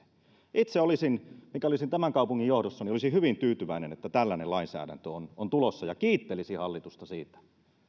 itse olisin mikäli olisin tämän kaupungin johdossa hyvin tyytyväinen että tällainen lainsäädäntö on on tulossa ja kiittelisin hallitusta siitä